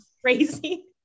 crazy